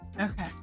okay